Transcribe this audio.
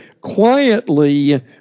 quietly